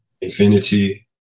infinity